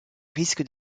risque